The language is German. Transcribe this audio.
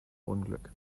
unglück